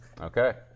Okay